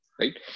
right